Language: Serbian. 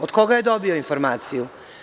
Od koga je dobio informaciju?